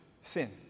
sin